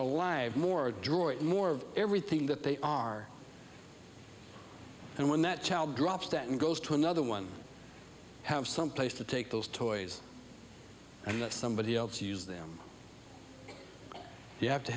alive more adroit more of everything that they are and when that child drops dead and goes to another one have someplace to take those toys and let somebody else use them you have to